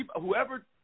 whoever